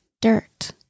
dirt